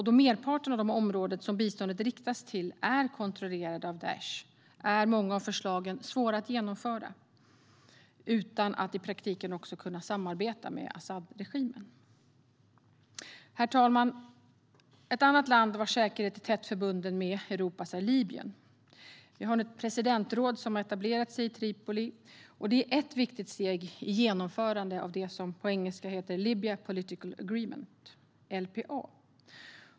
Då merparten av de områden som biståndet riktar sig är kontrollerade av Daish är många av förslagen svåra att genomföra utan att i praktiken också samarbeta med Asadregimen. Herr talman! Ett annat land vars säkerhet är tätt förbunden med Europas säkerhet är Libyen. Där finns ett presidentråd som etablerat sig i Tripoli, och det är ett viktigt steg i genomförandet av det som på engelska heter Libya Political Agreement, LPA.